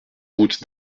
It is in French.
route